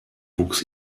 wuchs